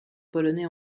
polonais